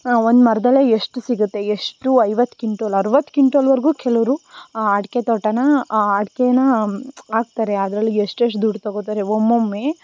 ಒಂದು ಮರದಲ್ಲೇ ಎಷ್ಟು ಸಿಗುತ್ತೆ ಎಷ್ಟು ಐವತ್ತು ಕಿಂಟೋಲ್ ಅರವತ್ತು ಕಿಂಟೋಲ್ವರೆಗೂ ಕೆಲವ್ರು ಆ ಅಡಿಕೆ ತೋಟನಾ ಆ ಅಡಿಕೇನಾ ಹಾಕ್ತಾರೆ ಅದರಲ್ಲಿ ಎಷ್ಟೆಷ್ಟು ದುಡ್ಡು ತಗೋತಾರೆ ಒಮ್ಮೊಮ್ಮೆ